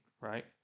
right